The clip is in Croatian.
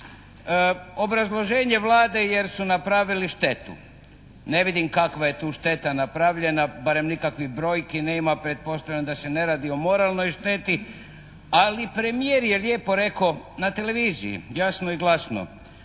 Obrazloženje Vlade jer su napravili štetu. Ne vidim kakva je tu šteta napravljena barem nikakvih brojki nema, pretpostavljam da se ne radi o moralnoj šteti, ali premijer je lijepo rekao na televiziji, jasno i glasno,